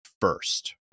first